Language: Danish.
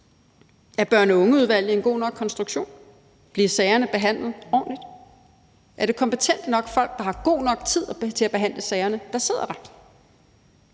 Er børn- og ungeudvalget en god nok konstruktion? Bliver sagerne behandlet ordentligt? Er det kompetente nok folk, der har god nok tid til at behandle sagerne, der sidder der?